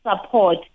support